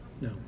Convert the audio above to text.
No